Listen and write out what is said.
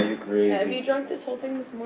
have you drunk this whole thing this